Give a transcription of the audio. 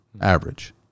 average